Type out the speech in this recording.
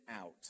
out